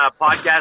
podcast